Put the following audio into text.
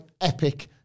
epic